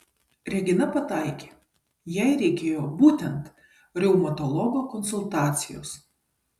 regina pataikė jai reikėjo būtent reumatologo konsultacijos